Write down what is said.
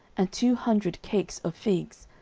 and two hundred cakes of figs,